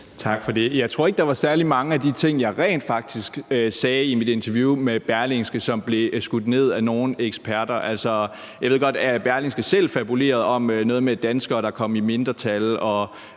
Tak for det. Jeg tror ikke, der var særlig mange af de ting, jeg rent faktisk sagde i mit interview med Berlingske, som blev skudt ned af nogen eksperter. Jeg ved godt, at Berlingske selv fabulerede om noget med danskere, der kom i mindretal,